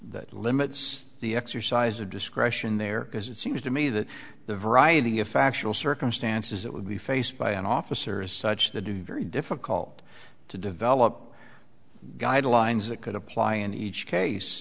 that limits the exercise of discretion there because it seems to me that the variety of factual circumstances that would be faced by an officer as such the do very difficult to develop guidelines that could apply in each case